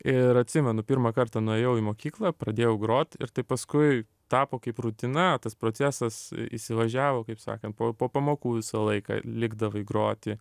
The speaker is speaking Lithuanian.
ir atsimenu pirmą kartą nuėjau į mokyklą pradėjau grot ir tai paskui tapo kaip rutina tas procesas įsivažiavo kaip sakant po po pamokų visą laiką likdavai groti